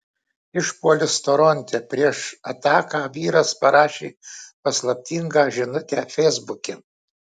išpuolis toronte prieš ataką vyras parašė paslaptingą žinutę feisbuke